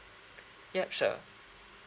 ya sure